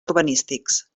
urbanístics